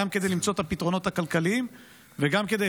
גם כדי למצוא את הפתרונות הכלכליים וגם כדי